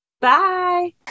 Bye